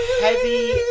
Heavy